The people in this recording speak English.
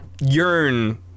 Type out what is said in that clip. yearn